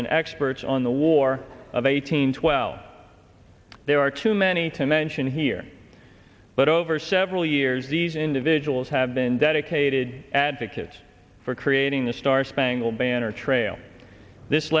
and experts on the war of eighteen twelve there are too many to mention here but over several years these individuals have been dedicated advocates for creating the star spangled banner trail this